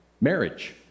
marriage